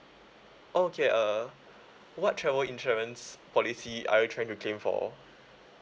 okay err what travel insurance policy are you trying to claim for